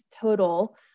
total